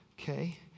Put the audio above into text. Okay